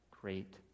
great